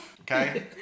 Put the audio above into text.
Okay